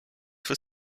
for